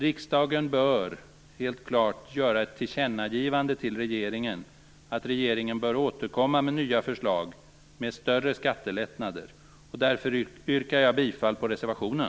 Riksdagen bör helt klart utforma ett tillkännagivande till regeringen, att regeringen bör återkomma med nya förslag med större skattelättnader. Därför yrkar jag bifall till reservationen.